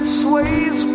sways